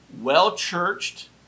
well-churched